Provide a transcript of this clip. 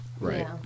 right